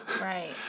Right